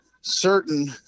certain